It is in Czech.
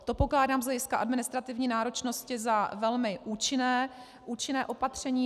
To pokládám z hlediska administrativní náročnosti za velmi účinné opatření.